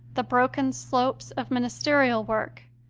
the broken slopes of minis terial work,